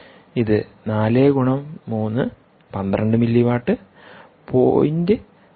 ഇത് 4 ഗുണം 3 12 മില്ലിവാട്ട് 0